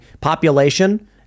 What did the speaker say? population